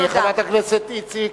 חברת הכנסת איציק,